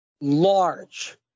large